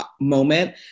moment